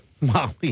Molly